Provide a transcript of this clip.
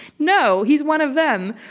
no. he's one of them.